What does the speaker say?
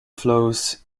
flows